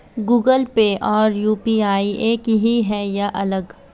Google Pay और UPI एक ही है या अलग?